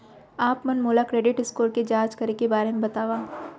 आप मन मोला क्रेडिट स्कोर के जाँच करे के बारे म बतावव?